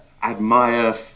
admire